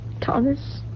Thomas